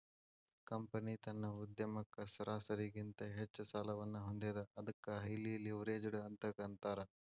company ತನ್ನ ಉದ್ಯಮಕ್ಕ ಸರಾಸರಿಗಿಂತ ಹೆಚ್ಚ ಸಾಲವನ್ನ ಹೊಂದೇದ ಅದಕ್ಕ ಹೈಲಿ ಲಿವ್ರೇಜ್ಡ್ ಅಂತ್ ಅಂತಾರ